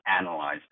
analyze